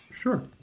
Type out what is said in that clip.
Sure